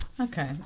Okay